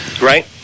Right